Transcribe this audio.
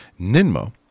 Ninmo